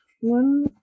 one